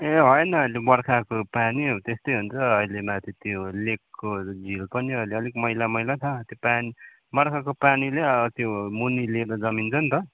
ए होइन अहिले बर्खाको पानी हो त्यस्तै हुन्छ अहिले माथि त्यो लेकको झिल पनि अलिक मैला मैला छ त्यो पानी बर्खाको पानी र त्यो मुनी त्यो लेदो जमिन्छ नि त